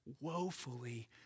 woefully